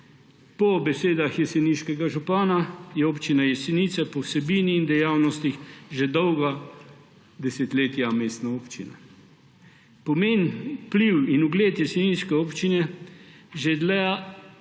Po besedah jeseniškega župana je občina Jesenice po vsebini in dejavnostih že dolga desetletja mestna občina. Pomen, vpliv in ugled jeseniške občine že dlje